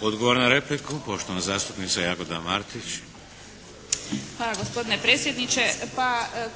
Odgovor na repliku poštovana zastupnica Jagoda Martić. **Martić, Jagoda (SDP)** Hvala gospodine predsjedniče. Pa